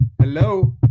Hello